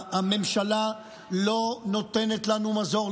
הממשלה לא נותנת לנו מזור,